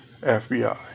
FBI